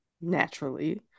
naturally